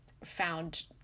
found